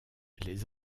les